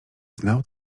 znał